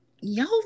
y'all